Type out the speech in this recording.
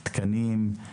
תקנים,